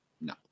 No